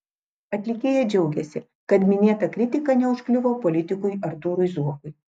atlikėja džiaugiasi kad minėta kritika neužkliuvo politikui artūrui zuokui